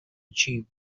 achieve